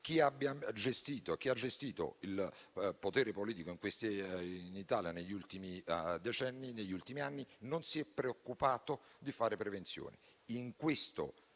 chi ha gestito il potere politico in Italia negli ultimi decenni e negli ultimi anni non si sia preoccupato di fare prevenzione.